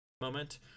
moment